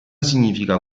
significa